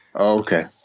Okay